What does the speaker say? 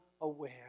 aware